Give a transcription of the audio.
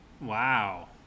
Wow